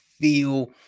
feel